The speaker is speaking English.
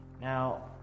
Now